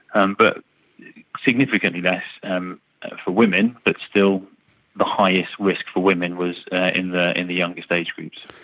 and but significantly less and for women but still the highest risk for women was ah in the in the youngest age groups.